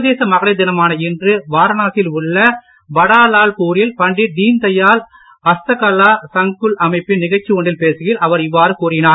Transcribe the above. சர்வதேச மகளிர் தினமான இன்று வரணாசியில் உள்ள படா லால்பூரில் பண்டிட் தீன்தயாள் அஸ்தகலா சங்குள் அமைப்பின் நிகழ்ச்சி ஒன்றில் பேசுகையில் அவர் இவ்வாறு கூறினார்